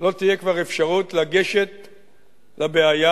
לא תהיה כבר אפשרות לגשת לבעיה,